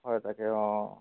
হয় তাকে অঁ